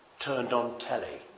turned on telly.